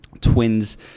Twins